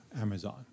Amazon